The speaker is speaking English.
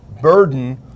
burden